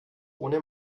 ohne